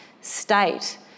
state